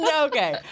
Okay